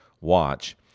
watch